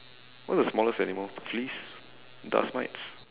what's the smallest animal fleas dust mites